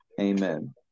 Amen